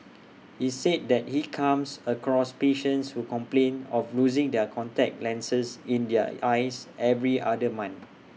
he said that he comes across patients who complain of losing their contact lenses in their eyes every other month